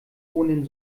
ohnehin